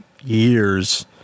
years